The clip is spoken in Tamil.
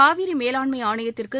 காவிரி மேலாண்மை ஆணையத்திற்கு